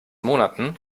monaten